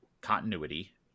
continuity